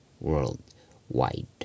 worldwide